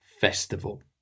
Festival